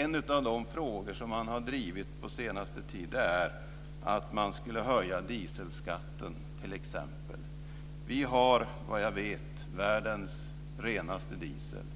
En av de frågor som det partiet har drivit på senare tid är att t.ex. höja dieselskatten. Vad jag vet har vi världens renaste diesel.